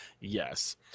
Yes